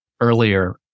earlier